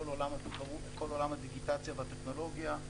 כל עולם הדיגיטציה והטכנולוגיה.